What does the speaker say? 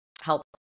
help